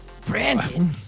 brandon